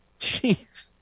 Jeez